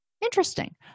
Interesting